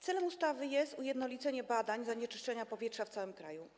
Celem ustawy jest ujednolicenie badań zanieczyszczenia powietrza w całym kraju.